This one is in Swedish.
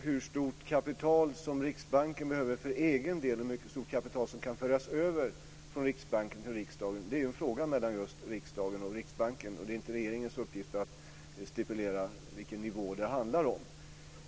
Hur stort kapital Riksbanken behöver för egen och hur stort kapital som kan föras över från Riksbanken till riksdagen är en fråga mellan just riksdagen och Riksbanken. Det är inte regeringens uppgift att stipulera vilken nivå det handlar om.